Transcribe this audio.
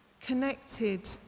connected